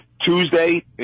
Tuesday